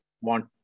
want